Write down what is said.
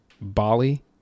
Bali